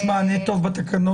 יש מענה טוב בתקנות.